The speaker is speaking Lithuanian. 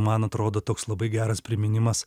man atrodo toks labai geras priminimas